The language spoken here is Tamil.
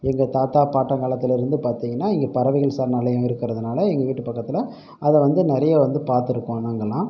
எங்கள் தாத்தா பாட்டன் காலத்திலேருந்து பார்த்திங்கனா இங்கே பறவைகள் சரணாலாயம் இருக்கிறதுனால எங்கள் வீட்டு பக்கத்தில் அதை வந்து நிறைய வந்து பார்த்துருக்கோம் நாங்களாம்